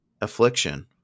affliction